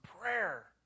prayer